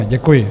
Děkuji.